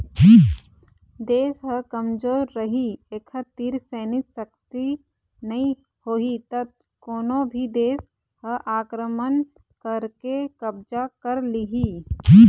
देश ह कमजोर रहि एखर तीर सैनिक सक्ति नइ होही त कोनो भी देस ह आक्रमण करके कब्जा कर लिहि